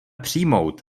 přijmout